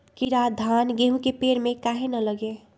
कीरा धान, गेहूं के पेड़ में काहे न लगे?